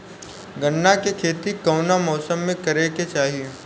गन्ना के खेती कौना मौसम में करेके चाही?